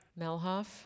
Melhoff